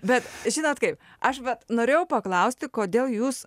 bet žinot kaip aš vat norėjau paklausti kodėl jūs